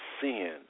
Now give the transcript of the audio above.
sin